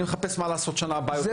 אני מחפש מה לעשות בשנה הבאה טוב יותר.